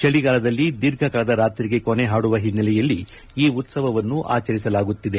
ಚಳಿಗಾಲದಲ್ಲಿ ದೀರ್ಘಕಾಲದ ರಾತ್ರಿಗೆ ಕೊನೆ ಹಾಡುವ ಹಿನ್ನೆಲೆಯಲ್ಲಿ ಈ ಉತ್ಸವವನ್ನು ಆಚರಿಸಲಾಗುತ್ತಿದೆ